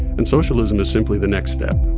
and socialism is simply the next step